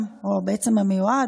או בעצם המיועד,